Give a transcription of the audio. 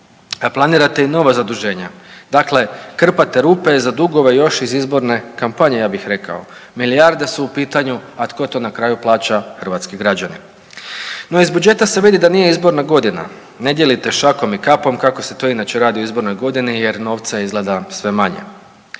a planirate i nova zaduženja. Dakle, krpate rupe za dugove još iz izborne kampanje ja bih rekao. Milijarde su u pitanju, a tko to na kraju plaća? Hrvatski građani. No, iz budžeta se vidi da nije izborna godina, ne dijelite šakom i kapom kako se to inače radi u izbornoj godini jer novca je izgleda sve manje.